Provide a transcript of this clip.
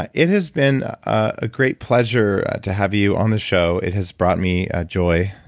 ah it has been a great pleasure to have you on the show. it has brought me joy.